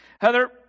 Heather